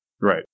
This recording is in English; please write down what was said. Right